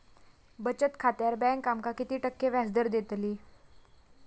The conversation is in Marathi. बचत खात्यार बँक आमका किती टक्के व्याजदर देतली?